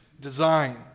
design